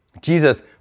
Jesus